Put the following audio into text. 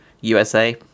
USA